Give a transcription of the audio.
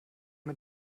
mit